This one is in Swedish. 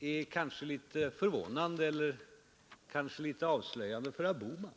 är litet förvånande och kanske litet avslöjande för herr Bohman.